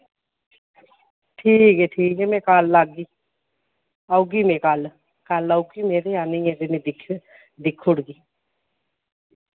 ठीक ऐ ठीक ऐ मैं कल औगी औगी में कल कल औगी में ते आह्नियै फ्ही में दिक्खुड़गी